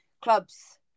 clubs